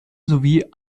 sowie